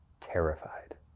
terrified